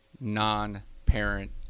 non-parent